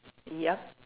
yup